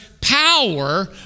power